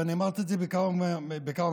ואמרתי את זה בכמה מקומות,